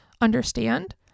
understand